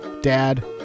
Dad